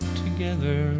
together